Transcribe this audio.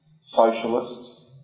Socialists